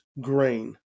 grain